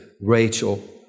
Rachel